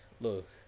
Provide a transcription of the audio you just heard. Look